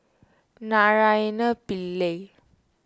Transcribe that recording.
Naraina Pillai